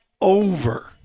over